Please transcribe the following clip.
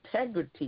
integrity